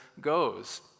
goes